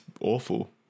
awful